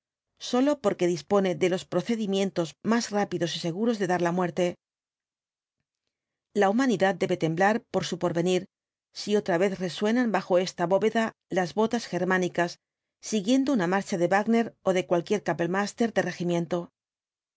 sólo porque dispone de los procedimientos más rápidos y seguros de dar la muerte la humanidad debe temblar por su porvenir si otra vez resuenan bajo esta bóveda las botas germánicas siguiendo una marcha de wágner ó de cualquier kapelltnadster de regimiento